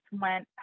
went